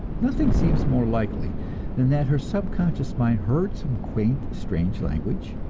nothing seems more likely than that her subconscious mind heard some quaint, strange language,